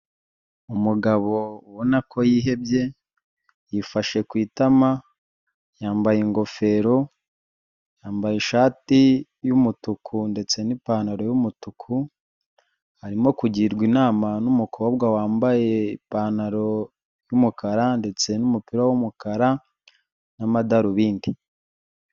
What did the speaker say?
Umugabo ubona ko yihebye yifashe ku itama, yambaye ingofero, yambaye ishati y’umutuku ndetse n’ipantaro y’umutuku, arimo kugirwa inama n'umukobwa wambaye ipantaro y’umukara ndetse n’umupira w’umukara n'amadarubindi.